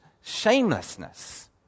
shamelessness